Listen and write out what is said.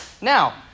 Now